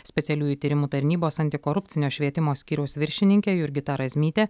specialiųjų tyrimų tarnybos antikorupcinio švietimo skyriaus viršininkė jurgita razmytė